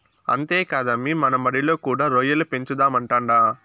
అంతేకాదమ్మీ మన మడిలో కూడా రొయ్యల పెంచుదామంటాండా